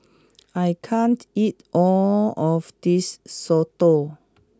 I can't eat all of this Soto